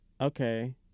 Okay